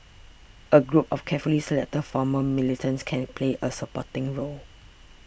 a group of carefully selected former militants can play a supporting role